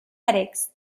headaches